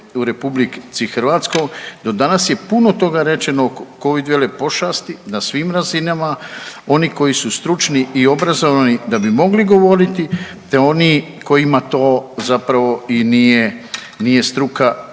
u RH do danas je puno toga rečeno Covid vele pošasti na svim razinama oni koji su stručni i obrazovani da bi mogli govoriti te oni kojima to zapravo i nije, nije struka